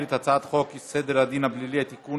את הצעת חוק סדר הדין הפלילי (תיקון,